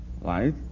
right